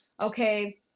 okay